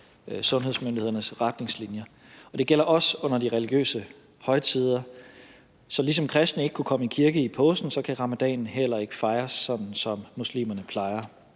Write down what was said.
sundhedsmyndighedernes retningslinjer. Og det gælder også under de religiøse højtider. Så ligesom kristne ikke kunne komme i kirke i påsken, kan ramadanen heller ikke fejres, sådan som muslimerne plejer